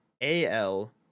AL